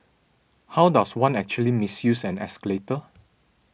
how does one actually misuse an escalator